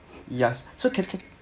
yeah so can can